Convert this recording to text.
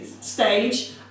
stage